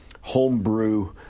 homebrew